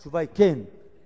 התשובה היא, כן.